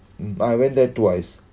mm I went there twice